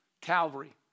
Calvary